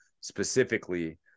specifically